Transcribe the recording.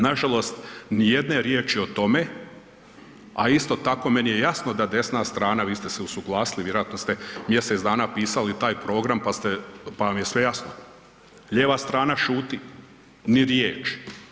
Nažalost, nijedne riječi o tome a isto tako meni je jasno da desna strana, vi ste se usuglasili, vjerojatno ste mjesec dana pisali taj program pa vam je sve jasno, lijeva strana šuti, ni riječi.